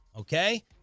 Okay